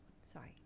sorry